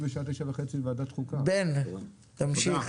בן, תמשיך.